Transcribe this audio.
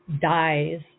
dies